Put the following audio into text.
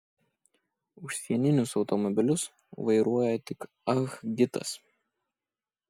užsieninius automobilius vairuoja tik ah gitas